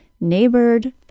NEIGHBORED